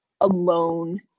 alone